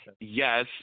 Yes